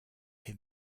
him